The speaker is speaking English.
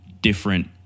different